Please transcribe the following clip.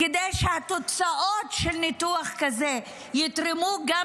כדי שהתוצאות של ניתוח כזה יתרמו גם